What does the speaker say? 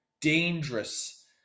dangerous